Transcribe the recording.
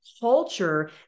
culture